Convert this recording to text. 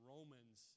Romans